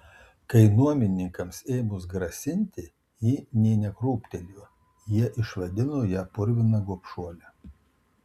kai nuomininkams ėmus grasinti ji nė nekrūptelėjo jie išvadino ją purvina gobšuole